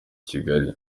kigali